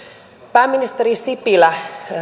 pääministeri sipilä